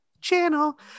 channel